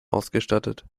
ausgestattet